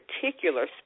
particular